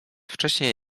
wcześniej